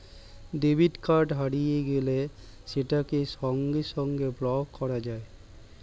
debit card হারিয়ে গেলে সেটাকে সঙ্গে সঙ্গে ব্লক করা যায়